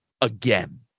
again